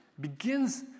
begins